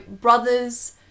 brothers